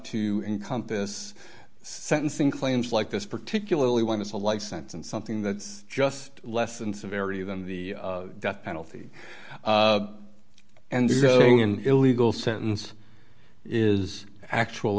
to encompass sentencing claims like this particularly when it's a life sentence something that's just less than severity than the death penalty and illegal sentence is actual